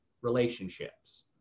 relationships